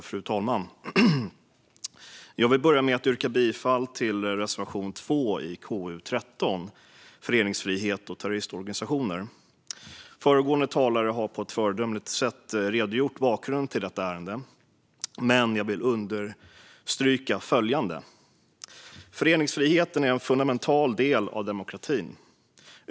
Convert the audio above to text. Fru talman! Jag vill börja med att yrka bifall till reservation 2 i KU13 Föreningsfrihet och terroristorganisationer . Föregående talare har på ett föredömligt sätt redogjort för bakgrunden till detta ärende, men jag vill understryka följande: Föreningsfriheten är en fundamental del av demokratin.